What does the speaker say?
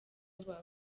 ubaho